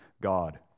God